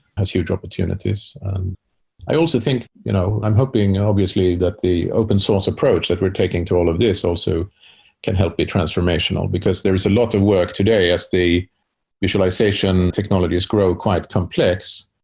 has huge opportunities i also think, you know i'm hoping obviously that the open source approach that we're taking to all of this also can help be transformational, because there's a lot of work today as the visualization technologies grow quite complex,